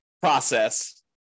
process